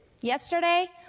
yesterday